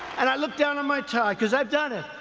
and i look down at my tie because i've done it.